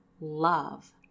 love